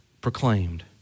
proclaimed